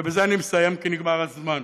ובזה אני מסיים, כי נגמר הזמן: